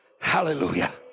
hallelujah